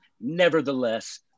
nevertheless